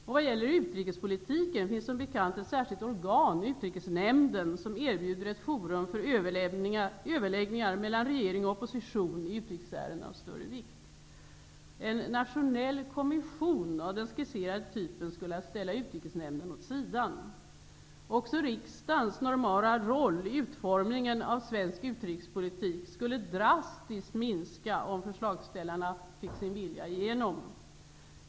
När det gäller utrikespolitiken finns det som bekant ett särskilt organ, Utrikesnämnden, som erbjuder ett forum för överläggningar mellan regering och opposition i utrikesärenden av större vikt. En nationell kommission av den skisserade typen skulle alltså ställa Utrikesnämnden åt sidan. Också riksdagens normala roll vid utformningen av svensk utrikespolitik skulle drastiskt minska, om förslagsställarna fick sin vilja igenom.